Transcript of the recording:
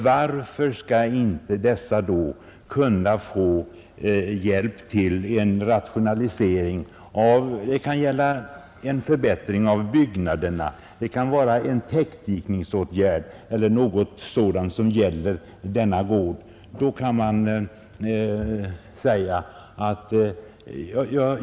Varför skall inte dessa deltidsjordbrukare kunna få hjälp till en rationalisering på sin gård? Det kan gälla en förbättring av byggnaderna, en täckningsåtgärd eller annat.